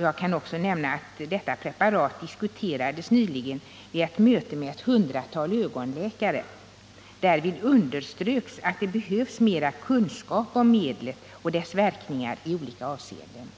Jag kan också nämna att detta preparat nyligen diskuterades vid ett möte med ett hundratal ögonläkare. Därvid underströks att det behövs mera kunskap om medlet och dess verkningar i olika avseenden.